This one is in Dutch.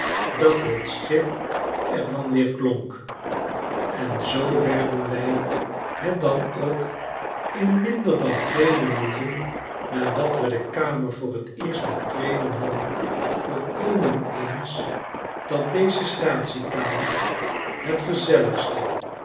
dat het schip er van weerklonk en zoo werden wij het dan ook in minder dan twee minuten nadat we de kamer voor t eerst betreden hadden volkomen eens dat deze staatsie kamer het gezelligste